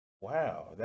Wow